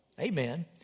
Amen